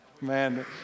Man